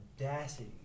audacity